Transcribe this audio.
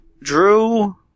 Drew